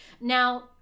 Now